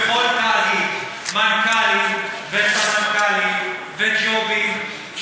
בכל תאגיד, מנכ"לים, סמנכ"לים וג'ובים.